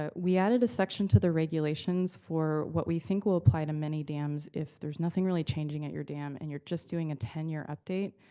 ah we added a section to the regulations for what we think will apply to many dams if there's nothing really changing at your dam and you're just doing a ten year update,